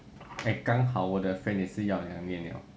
then 刚好我的 friend 也是要两年 liao